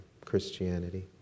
Christianity